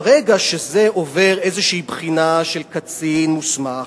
ברגע שזה עובר איזו בחינה של קצין מוסמך,